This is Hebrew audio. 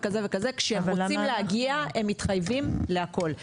וכשהם רוצים להגיע הם מתחייבים להכל,